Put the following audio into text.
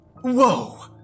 Whoa